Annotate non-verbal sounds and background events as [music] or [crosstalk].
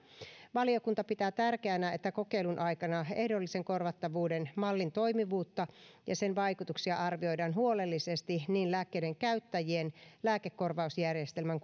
valiokunta pitää tärkeänä että kokeilun aikana ehdollisen korvattavuuden mallin toimivuutta ja sen vaikutuksia arvioidaan huolellisesti niin lääkkeiden käyttäjien lääkekorvausjärjestelmän [unintelligible]